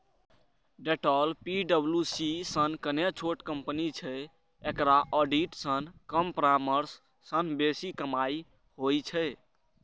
Deloitte पी.डब्ल्यू.सी सं कने छोट कंपनी छै, एकरा ऑडिट सं कम परामर्श सं बेसी कमाइ होइ छै